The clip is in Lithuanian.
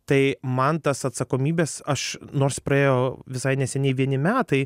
tai man tas atsakomybes aš nors praėjo visai neseniai vieni metai